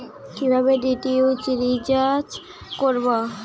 কিভাবে DTH recharge করব?